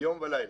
יום ולילה.